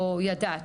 או ידעת.